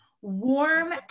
warm